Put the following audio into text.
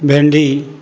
ଭେଣ୍ଡି